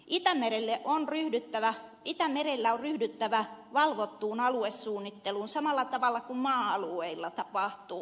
itämerellä on ryhdyttävä valvottuun aluesuunnitteluun samalla tavalla kuin maa alueilla tapahtuu